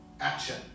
action